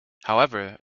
however